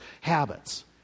habits